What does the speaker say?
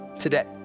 today